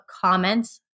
comments